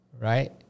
Right